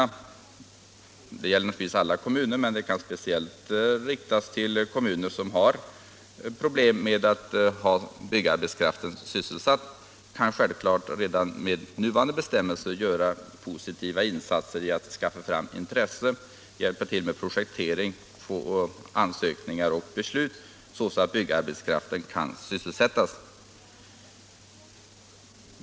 Alla kommuner och speciellt de som har problem med byggarbetskraftens sysselsättning kan självfallet redan med nuvarande bestämmelser göra positiva insatser genom att skapa intresse för och hjälpa till med projektering, ansökningar och beslut så att byggarbetskraften kan sysselsättas.